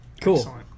Cool